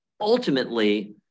ultimately